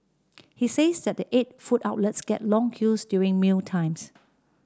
he says that the eight food outlets get long queues during mealtimes